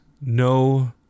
no